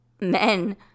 men